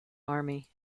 army